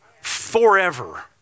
Forever